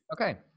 Okay